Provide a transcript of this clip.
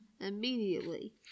Immediately